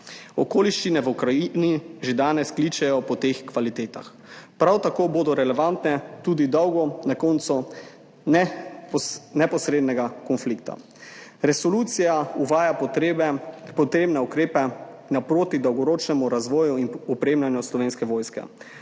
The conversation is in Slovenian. Okoliščine v Ukrajini že danes kličejo po teh kvalitetah. Prav tako bodo relevantne tudi dolgo po koncu neposrednega konflikta. Resolucija uvaja potrebne ukrepe na poti dolgoročnega razvoja in opremljanja Slovenske vojske.